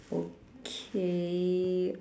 okay